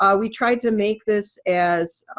ah we tried to make this as